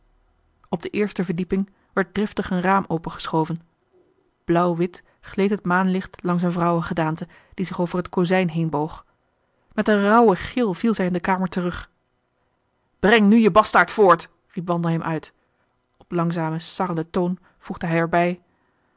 op de eerste verdieping werd driftig een raam opengeschoven blauwwit gleed het maanlicht langs een vrouwen gedaante die zich over het kozijn heenboog met een rauwen gil viel zij in de kamer terug breng nu je bastaard voort riep wandelheem uit op langzamen sarrenden toon voegde hij er